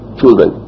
children